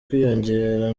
kwiyongera